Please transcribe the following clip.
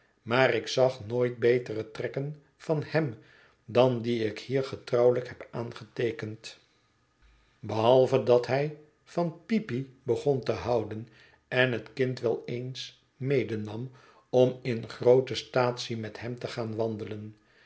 maar ik zag nooit betere trekken van hem dan die ik hier getrouwelijk heb aangeteekend behalve dat hij van peepy begon te houden en het kind wel eens medenam om in groote staatsie met hem te gaan wandelen